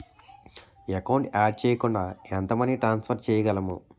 Account add చేయకుండా ఎంత money transfer చేయగలము?